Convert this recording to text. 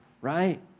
right